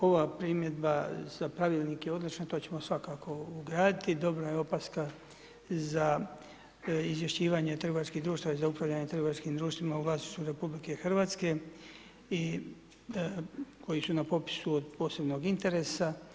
Ova primjedba za pravilnik je odlična, to ćemo svakako ugraditi, dobra je opaska za izvješćivanje trgovačkih društava i za upravljanje trgovačkim društvima u vlasništvu RH koji su na popisu od posebnog interesa.